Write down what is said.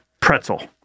pretzel